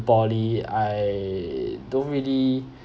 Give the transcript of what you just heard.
volley I don't really